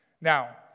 Now